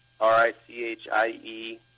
R-I-C-H-I-E